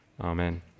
amen